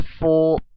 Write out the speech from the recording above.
four